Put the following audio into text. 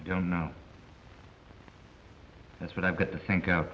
i don't know that's what i've got to think